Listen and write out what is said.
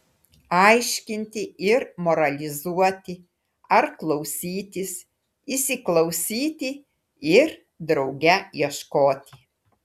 aiškinti ir moralizuoti ar klausytis įsiklausyti ir drauge ieškoti